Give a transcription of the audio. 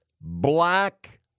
black